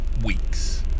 Weeks